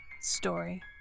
story